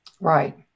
Right